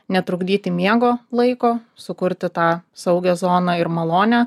netrukdyti miego laiko sukurti tą saugią zoną ir malonią